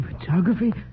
Photography